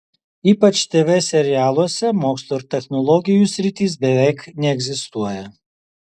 ypač tv serialuose mokslo ir technologų sritys beveik neegzistuoja